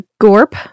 gorp